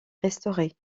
restaurée